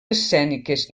escèniques